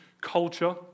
culture